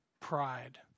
Pride